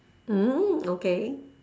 hmm okay